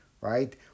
right